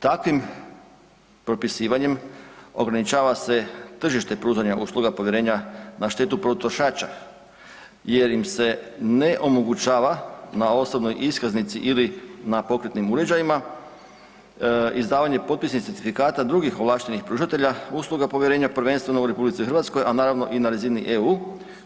Takvim propisivanjem ograničava se tržište pružanja usluga povjerenja na štetu potrošača jer im se ne omogućava na osobnoj iskaznici ili na pokretnim uređajima izdavanje potpisnih certifikata drugih ovlaštenih pružatelja usluga povjerenja prvenstveno u RH, a naravno i na razini EU,